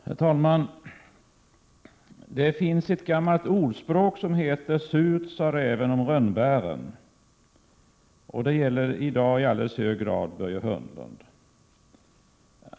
Herr talman! Det finns ett gammalt ordspråk som lyder: Surt, sade räven om rönnbären. Det gäller i dag i hög grad Börje Hörnlund.